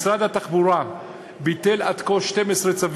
משרד התחבורה ביטל עד כה 12 צווים,